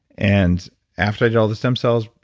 and after i did all the stem cells,